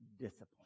discipline